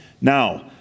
Now